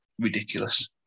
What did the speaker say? ridiculous